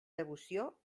devoció